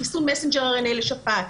חיסון מסנג'ר לשפעת.